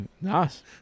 Nice